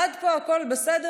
עד פה הכול בסדר.